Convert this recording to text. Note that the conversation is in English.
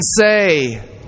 say